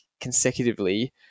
consecutively